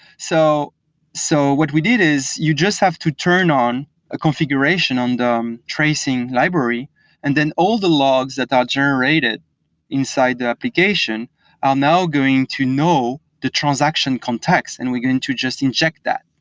so so what we did is you just have to turn on a configuration on the um tracing library and then all the logs that are generated inside the application are now going to know the transaction context, and we're going to just inject that.